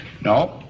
no